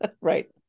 right